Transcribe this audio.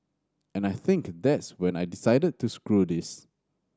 and I think that's when I decided to screw this